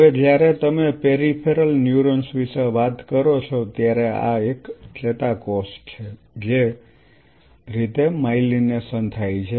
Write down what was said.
હવે જ્યારે તમે પેરિફેરલ ન્યુરોન્સ વિશે વાત કરો છો ત્યારે આ એક ચેતાકોષ છે જે રીતે માઇલિનેશન થાય છે